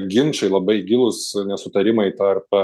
ginčai labai gilūs nesutarimai tarp